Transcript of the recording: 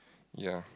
ya